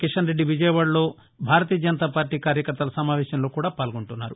కిషన్ రెద్ది విజయవాదలో భారతీయ జనతాపార్టీ కార్యకర్తల సమావేశంలో పాల్గొంటున్నారు